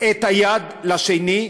את היד לשני.